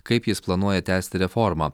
kaip jis planuoja tęsti reformą